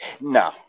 No